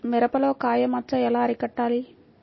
మిరపలో కాయ మచ్చ ఎలా అరికట్టాలి?